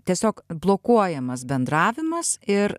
tiesiog blokuojamas bendravimas ir